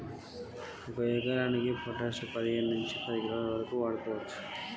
వరి పంటకు ఎంత పొటాషియం వాడాలి ఒక ఎకరానికి?